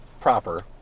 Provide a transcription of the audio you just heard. proper